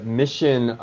mission